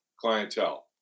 clientele